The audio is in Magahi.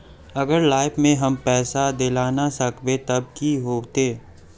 अगर लाइफ में हम पैसा दे ला ना सकबे तब की होते?